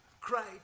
cried